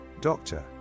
Doctor